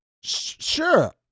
Sure